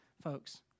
folks